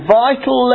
vital